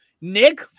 Nick